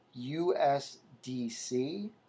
USDC